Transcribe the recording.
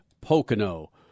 Pocono